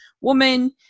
woman